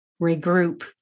regroup